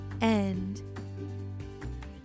end